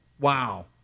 Wow